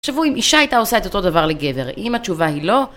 תחשבו, אם אישה הייתה עושה את אותו דבר לגבר, אם התשובה היא לא...